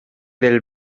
del